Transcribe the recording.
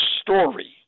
story